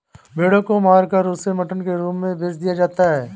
भेड़ों को मारकर उसे मटन के रूप में बेच दिया जाता है